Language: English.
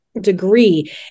degree